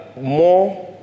more